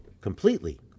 completely